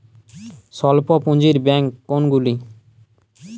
স্বল্প পুজিঁর ব্যাঙ্ক কোনগুলি?